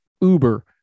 uber